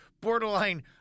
borderline